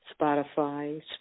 Spotify